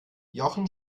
jochen